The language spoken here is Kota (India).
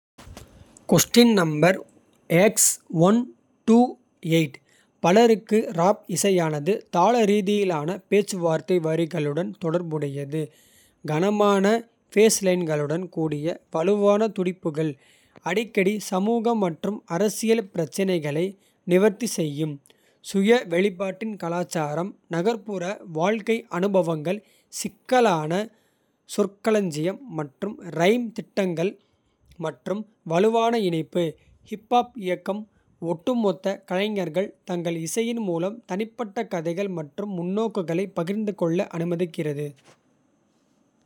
பலருக்கு ராப் இசையானது தாள ரீதியிலான பேச்சு. வார்த்தை வரிகளுடன் தொடர்புடையது. கனமான பேஸ்லைன்களுடன் கூடிய வலுவான துடிப்புகள். அடிக்கடி சமூக மற்றும் அரசியல் பிரச்சினைகளை. நிவர்த்தி செய்யும் சுய வெளிப்பாட்டின் கலாச்சாரம். நகர்ப்புற வாழ்க்கை அனுபவங்கள் சிக்கலான. சொற்களஞ்சியம் மற்றும் ரைம் திட்டங்கள் மற்றும். வலுவான இணைப்பு ஹிப்-ஹாப் இயக்கம் ஒட்டுமொத்தமாக. கலைஞர்கள் தங்கள் இசையின் மூலம் தனிப்பட்ட. கதைகள் மற்றும் முன்னோக்குகளைப் பகிர்ந்து கொள்ள அனுமதிக்கிறது.